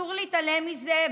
אסור להתעלם מזה,